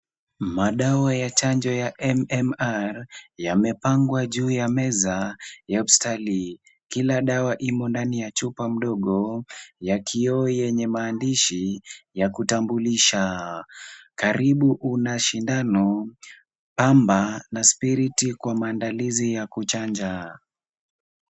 Madawa ya chanjo ya MMR yamepangwa juu ya meza ya hospitali. Kila dawa imo ndani ya chupa ndogo ya kioo yenye maandishi ya kutambulisha. Karibu kuna sindano, pamba na spirit kwa maandalizi ya kuchanja.